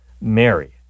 Mary